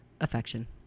affection